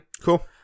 Cool